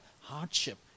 hardship